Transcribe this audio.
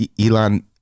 Elon